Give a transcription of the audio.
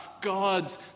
God's